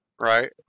Right